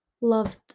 loved